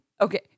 Okay